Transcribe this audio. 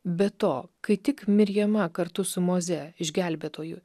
be to kai tik mirjama kartu su moze išgelbėtoju